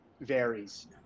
varies